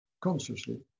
consciously